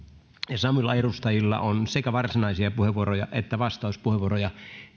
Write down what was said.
ja samoilla edustajilla on sekä varsinaisia puheenvuoroja että vastauspuheenvuoroja